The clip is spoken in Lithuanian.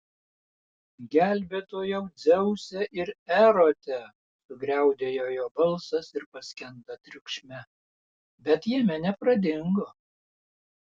gelbėtojau dzeuse ir erote sugriaudėjo jo balsas ir paskendo triukšme bet jame nepradingo